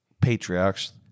patriarchs